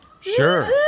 Sure